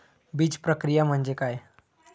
बीजप्रक्रिया म्हणजे काय?